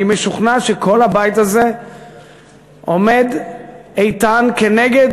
אני משוכנע שכל הבית הזה עומד איתן כנגד